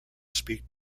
speak